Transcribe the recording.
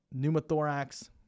pneumothorax